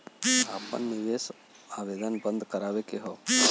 आपन निवेश आवेदन बन्द करावे के हौ?